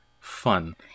fun